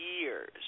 years